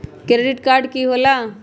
Credit card की होला?